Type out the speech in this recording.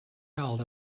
held